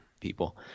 people